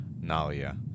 Nalia